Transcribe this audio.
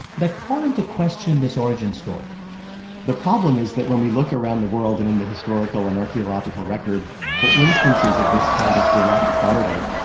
that call into question this origin story the problem is that when we look around the world and in the historical and archeological record for instances of this kind of direct barter,